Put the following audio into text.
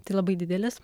tai labai didelis